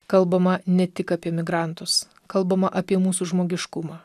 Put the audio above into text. kalbama ne tik apie migrantus kalbama apie mūsų žmogiškumą